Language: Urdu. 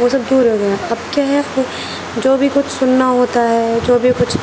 وہ سب دور ہو گئے ہیں اب کیا ہے جو بھی کچھ سننا ہوتا ہے جو بھی کچھ